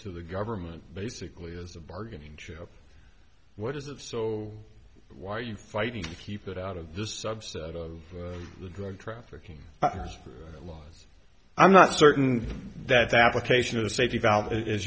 to the government basically as a bargaining chip what is it so why are you fighting to keep it out of this subset of the drug trafficking laws i'm not certain that the application of the safety